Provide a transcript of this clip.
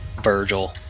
Virgil